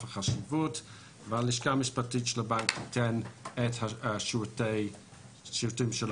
החשבות; והלשכה המשפטית של הבנק תיתן את שירותיה לקרן.